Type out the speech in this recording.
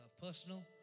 personal